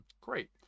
great